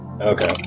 Okay